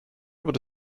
wurde